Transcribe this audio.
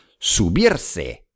subirse